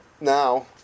now